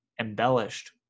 embellished